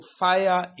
fire